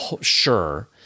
sure